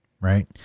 right